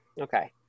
okay